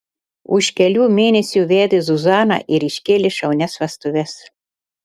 už kelių mėnesių vedė zuzaną ir iškėlė šaunias vestuves